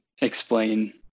explain